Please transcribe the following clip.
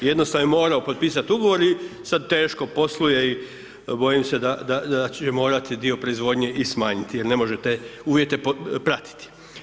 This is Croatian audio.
Jednostavno je morao potpisat ugovor i sad teško posluje i bojim se da, da, da će morati dio proizvodnje i smanjiti jer ne može te uvjete pratiti.